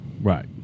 Right